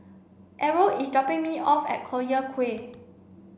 Errol is dropping me off at Collyer Quay